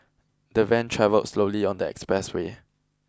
the van travelled slowly on the expressway